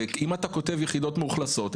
ואם אתה כותב יחידות מאוכלסות,